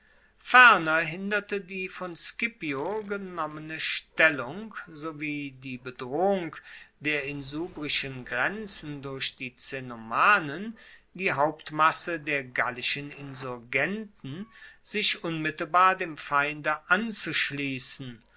ferner hinderte die von scipio genommene stellung sowie die bedrohung der insubrischen grenzen durch die cenomanen die hauptmasse der gallischen insurgenten sich unmittelbar dem feinde anzuschliessen